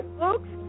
books